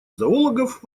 зоологов